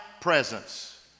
presence